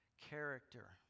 character